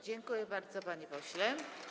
Dziękuję bardzo, panie pośle.